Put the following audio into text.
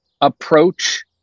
approach